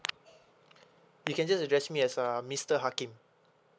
you can just address me as uh mister hakim